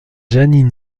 jeanine